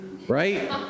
Right